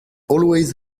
always